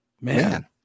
man